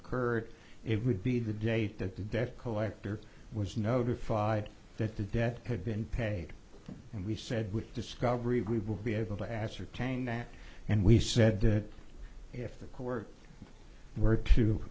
occurred it would be the date that the debt collector was notified that the debt had been paid and we said would discovery we will be able to ascertain that and we said that if the court were to